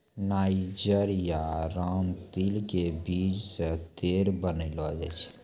niger या रामतिल के बीज सॅ तेल बनैलो जाय छै